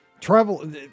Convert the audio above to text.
travel